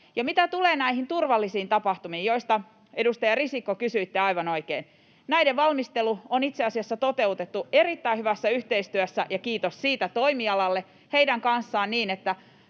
Ja mitä tulee näihin turvallisiin tapahtumiin, joista, edustaja Risikko, kysyitte aivan oikein, näiden valmistelu on itse asiassa toteutettu erittäin hyvässä yhteistyössä — ja kiitos siitä toimialalle — heidän kanssaan niin, että